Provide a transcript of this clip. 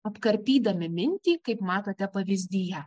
apkarpydami mintį kaip matote pavyzdyje